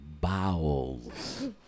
bowels